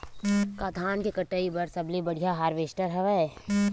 का धान के कटाई बर सबले बढ़िया हारवेस्टर हवय?